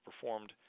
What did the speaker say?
performed